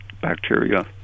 bacteria